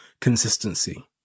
consistency